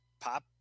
pop